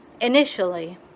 Initially